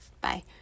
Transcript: Bye